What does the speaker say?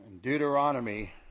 Deuteronomy